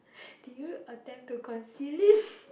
did you attempt to conceal it